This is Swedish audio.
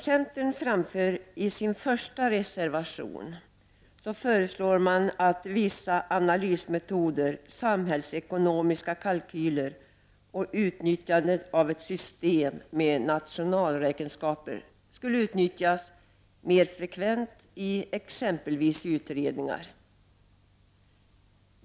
Centern framför i reservation 1 att vissa analysmetoder — samhällsekonomiska kalkyler och utnyttjandet av ett system med nationalräkenskaper — borde utnyttjas mer frekvent i t.ex. utredningar.